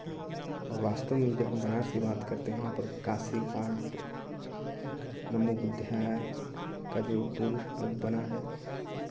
और वास्तव में जब हम बनारस की बात करते है वहाँ पर काशी घाट नमो बुद्धाय का रूप पुरुष अब बना है